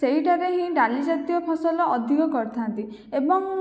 ସେଇଠାରେ ହିଁ ଡ଼ାଲି ଜାତୀୟ ଫସଲ ଅଧିକ କରିଥାନ୍ତି ଏବଂ